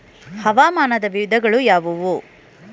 ಹವಾಮಾನದ ವಿಧಗಳು ಯಾವುವು?